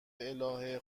الهه